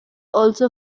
also